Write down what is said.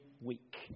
week